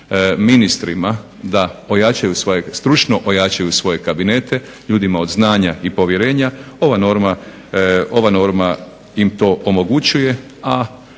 svoje, stručno ojačaju svoje kabinete ljudima od znanja i povjerenja, ova norma im to omogućuje a